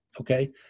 Okay